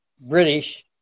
British